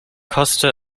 koste